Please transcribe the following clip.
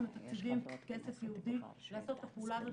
אנחנו מתקצבים כסף ייעודי לעשות את הפעולה הזאת